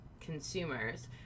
consumers